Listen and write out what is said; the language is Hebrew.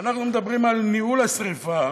אנחנו מדברים על ניהול השרפה